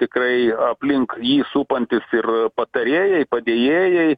tikrai aplink jį supantys ir patarėjai padėjėjai